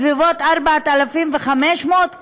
בסביבות 4,500,